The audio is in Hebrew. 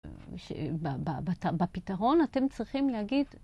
בפתרון אתם צריכים להגיד...